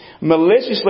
maliciously